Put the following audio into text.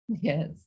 Yes